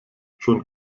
schon